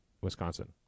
Wisconsin